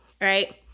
right